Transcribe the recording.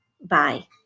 bye